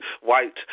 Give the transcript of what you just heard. white